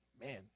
man